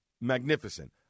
magnificent